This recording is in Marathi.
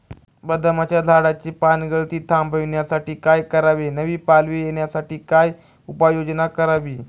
बदामाच्या झाडाची पानगळती थांबवण्यासाठी काय करावे? नवी पालवी येण्यासाठी काय उपाययोजना करावी?